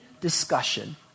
discussion